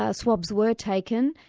ah swabs were taken,